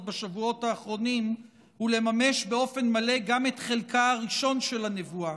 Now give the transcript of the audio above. בשבועות האחרונים הוא לממש באופן מלא גם את חלקה הראשון של הנבואה: